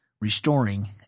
restoring